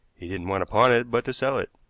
he didn't want to pawn it, but to sell it.